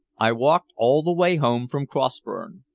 i walked all the way home from crossburn.